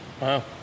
wow